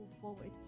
forward